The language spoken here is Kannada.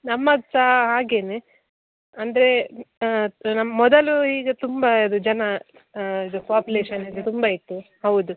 ನಮ್ಮದು ಸ ಹಾಗೆನೆ ಅಂದರೆ ಆತು ಮೊದಲು ಈಗ ತುಂಬಾ ಇದು ಜನ ಇದು ಪಾಪುಲೇಷನ್ ಇದು ತುಂಬಾ ಇತ್ತು ಹೌದು